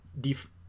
def